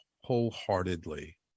wholeheartedly